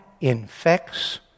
infects